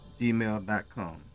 gmail.com